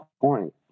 point